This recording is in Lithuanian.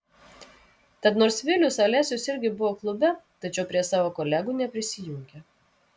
tad nors vilius alesius irgi buvo klube tačiau prie savo kolegų neprisijungė